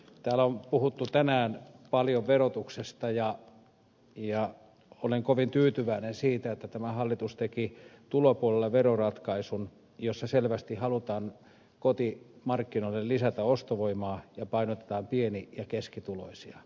täällä on puhuttu tänään paljon verotuksesta ja olen kovin tyytyväinen siitä että tämä hallitus teki tulopuolella veroratkaisun jossa selvästi halutaan kotimarkkinoille lisätä ostovoimaa ja painotetaan pieni ja keskituloisia